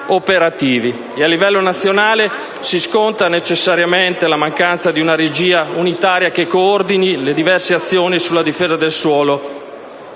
A livello nazionale si sconta, necessariamente, la mancanza di una regia unitaria che coordini le diverse azioni sulla difesa del suolo